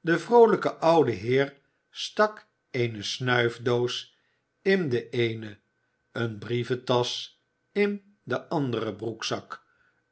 de vroolijke oude heer stak eene snuifdoos in den eenen een brieventasch in den anderen broekzak